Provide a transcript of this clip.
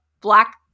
black